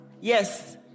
yes